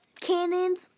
cannons